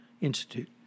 institute